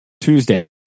Tuesday